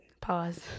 Pause